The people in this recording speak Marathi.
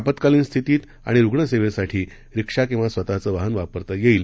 आपतकालीन स्थितीत आणि रुग्णसेवेसाठी रिक्षा किंवा स्वतचं वाहन वापरता येईल